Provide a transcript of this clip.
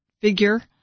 figure